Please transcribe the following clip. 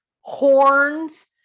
horns